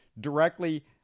directly